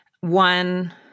One